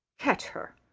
catch her!